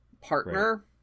partner